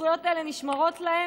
הזכויות האלה נשמרות להם,